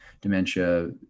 dementia